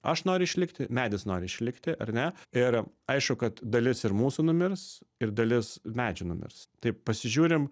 aš noriu išlikti medis nori išlikti ar ne ir aišku kad dalis ir mūsų numirs ir dalis medžių numirs tai pasižiūrim